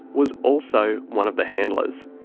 was also one of the handlers.